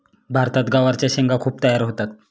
भारतात गवारच्या शेंगा खूप तयार होतात